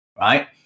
right